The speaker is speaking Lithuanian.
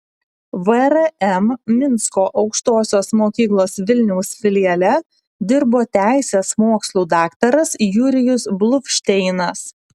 vrm minsko aukštosios mokyklos vilniaus filiale dirbo teisės mokslų daktaras jurijus bluvšteinas